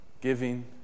giving